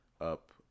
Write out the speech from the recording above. Up